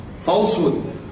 falsehood